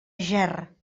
ger